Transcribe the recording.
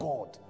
God